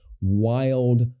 wild